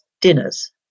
dinners